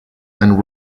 and